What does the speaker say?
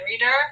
reader